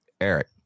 Eric